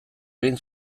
egin